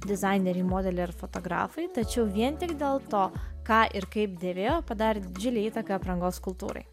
dizaineriai modeliai ar fotografai tačiau vien tik dėl to ką ir kaip dėvėjo padarė didžiulę įtaką aprangos kultūrai